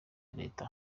leta